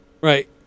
Right